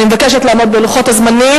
אני מבקשת לעמוד בלוחות הזמנים.